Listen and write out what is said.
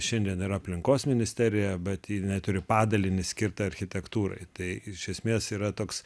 šiandien yra aplinkos ministerija bet jinai turi padalinį skirtą architektūrai tai iš esmės yra toks